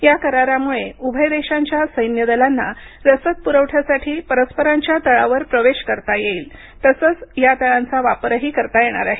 या करारामुळे उभय देशांच्या सैन्यदलांना रसद पुरवठ्यासाठी परस्परांच्या तळावर प्रवेश करता येईल तसंच या तळांचा वापरही करता येणार आहे